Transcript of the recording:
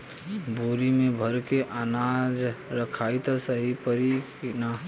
बोरी में भर के अनाज रखायी त सही परी की ना?